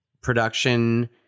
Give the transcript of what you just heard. production